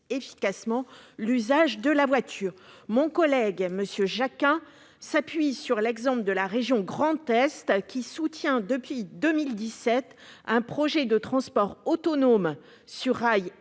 efficacement l'usage de la voiture. Mon collègue Olivier Jacquin s'appuie sur l'exemple de la région Grand Est, qui soutient, depuis 2017, un projet innovant de transport autonome sur rail.